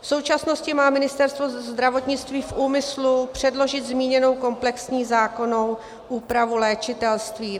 V současnosti má Ministerstvo zdravotnictví v úmyslu předložit zmíněnou komplexní zákonnou úpravu léčitelství.